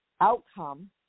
outcome